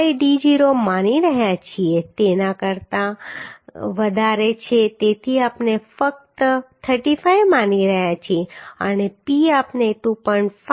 5d0 માની રહ્યા છીએ કે તેના કરતા વધારે છે તેથી આપણે ફક્ત 35 માની રહ્યા છીએ અને p આપણે 2